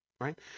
right